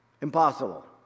Impossible